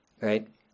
Right